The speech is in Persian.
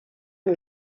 اون